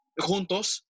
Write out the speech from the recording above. Juntos